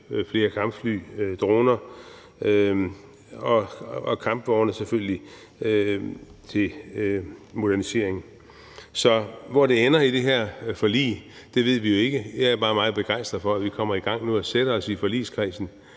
flere kampfly, droner og kampvogne selvfølgelig til modernisering. Så hvor det ender i det her forlig, ved vi jo ikke. Jeg er bare meget begejstret for, at vi kommer i gang nu og sætter os i forligskredsen